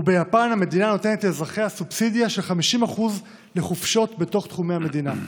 ביפן המדינה נותנת לאזרחיה סובסידיה של 50% לחופשות בתוך תחומי המדינה.